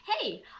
Hey